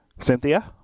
Cynthia